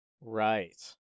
Right